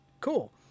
cool